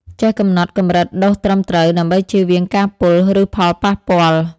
ចេះកំណត់កម្រិតដូសត្រឹមត្រូវ ដើម្បីចៀសវាងការពុល ឬផលប៉ះពាល់។